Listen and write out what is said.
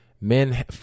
men